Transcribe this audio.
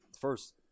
first